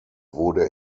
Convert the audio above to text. wurde